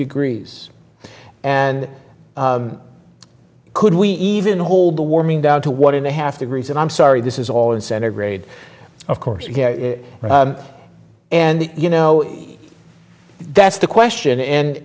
degrees and could we even hold the warming down to one and a half the reason i'm sorry this is all in center grade of course and you know that's the question and